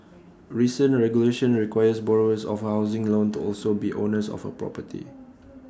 recent regulation requires borrowers of housing loan to also be owners of A property